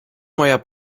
moja